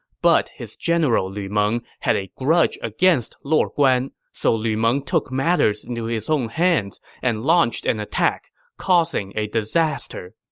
but his general lu meng had a grudge against lord guan, so lu meng took matters into his own hands and launched an attack, causing a disaster.